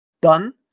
Done